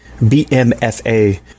BMFA